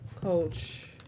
Coach